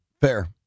Fair